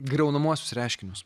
griaunamuosius reiškinius